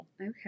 okay